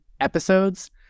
episodes